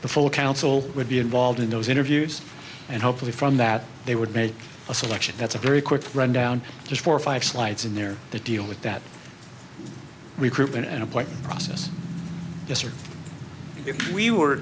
the full council would be involved in those interviews and hopefully from that they would make a selection that's a very quick rundown just four or five slides in there that deal with that recruitment and appointment process yes